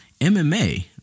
MMA